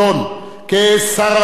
כשר הרווחה,